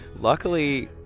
Luckily